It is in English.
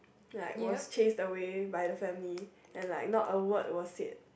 like was chased away by the family and like not a word was said